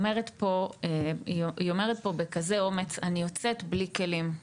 היא אומרת פה בכזה אומץ, אני יוצאת בלי כלים.